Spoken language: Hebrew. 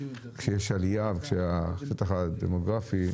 שכשיש עלייה וכשהשטח הדמוגרפי,